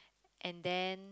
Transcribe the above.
and then